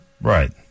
Right